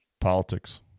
Politics